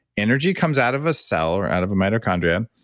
energy comes out of a cell or out of a mitochondrion,